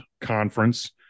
conference